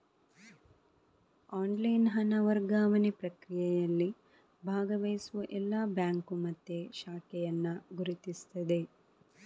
online ಹಣ ವರ್ಗಾವಣೆ ಪ್ರಕ್ರಿಯೆಯಲ್ಲಿ ಭಾಗವಹಿಸುವ ಎಲ್ಲಾ ಬ್ಯಾಂಕು ಮತ್ತೆ ಶಾಖೆಯನ್ನ ಗುರುತಿಸ್ತದೆ